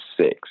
six